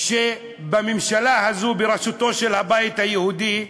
של הממשלה הזאת, בראשותו של הבית היהודי,